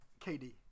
KD